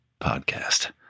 podcast